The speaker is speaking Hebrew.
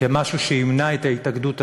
כמשהו שימנע את ההתאגדות עצמה,